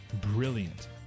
brilliant